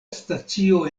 stacio